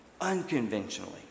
unconventionally